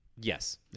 Yes